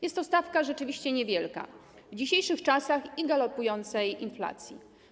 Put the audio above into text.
Jest to stawka rzeczywiście niewielka w dzisiejszych czasach i przy galopującej inflacji.